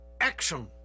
Action